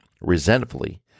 resentfully